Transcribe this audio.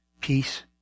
Peace